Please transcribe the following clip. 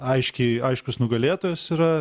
aiškiai aiškus nugalėtojas yra